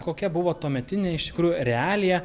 kokia buvo tuometinė iš tikrųjų realija